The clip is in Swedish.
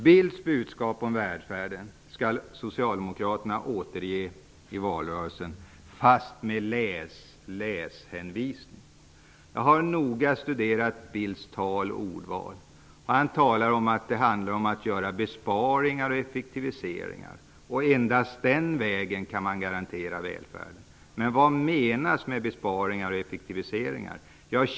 Bildts budskap om välfärden skall socialdemokraterna återge i valrörelsen, men med läsanvisning. Jag har noga studerat Bildts tal och ordval. Han talar om att det handlar om att göra besparingar och effektiviseringar och att man endast på den vägen kan garantera välfärden. Men vad menas med besparingar och effektiviseringar?